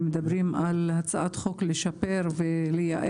מדברים על הצעת חוק כדי לשפר ולייעל,